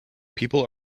people